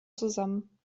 zusammen